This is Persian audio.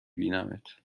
بینمت